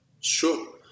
Sure